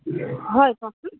হয় কওকচোন